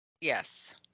Yes